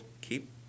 keep